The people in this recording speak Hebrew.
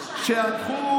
שאתם אפילו